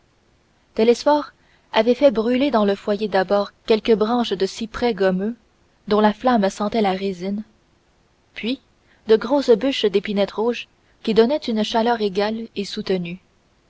télesphore avait fait brûler dans le foyer d'abord quelques branches de cyprès gommeux dont la flamme sentait la résine puis de grosses bûches d'épinette rouge qui donnaient une chaleur égale et soutenue